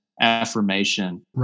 affirmation